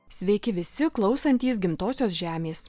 sveiki visi klausantys gimtosios žemės